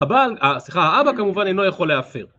הבא סליחה האבא כמובן אינו יכול להפר